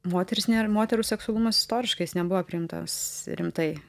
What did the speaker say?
moterys nėr moterų seksualumas istoriškai jis nebuvo priimtas rimtai